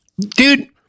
Dude